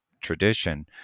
tradition